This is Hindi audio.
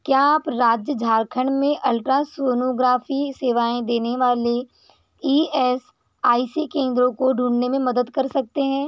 क्या आप राज्य झारखंड में अल्ट्रासोनोग्राफी सेवाऐं देने वाले ई एस आई सी केंद्रों को ढूँढने में मदद कर सकते हैं